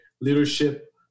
leadership